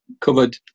covered